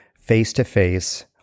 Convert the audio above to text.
face-to-face